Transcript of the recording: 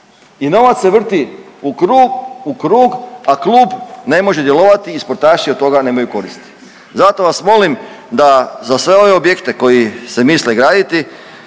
i novac se vrti u krug, u krug, a klub ne može djelovati i sportaši od toga nemaju koristi. Zato vas molim da za sve ove objekte koji se misle graditi